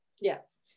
Yes